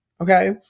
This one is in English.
okay